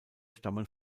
stammen